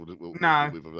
No